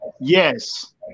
yes